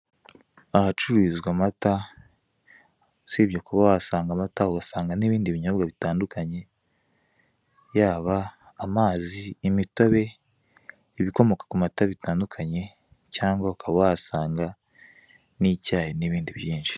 Ahacururizwa amata, usibye kuba wahasanga amata, uhasanga n'ibindi binyobwa bitandukanye, yaba amazi, imitobe, ibikomoka ku mata bitandukanye, cyangwa ukaba wahasanga n'icyayi, n'ibindi byinshi.